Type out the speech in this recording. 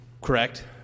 Correct